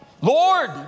Lord